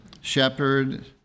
Shepherd